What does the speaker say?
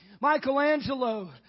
Michelangelo